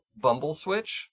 Bumbleswitch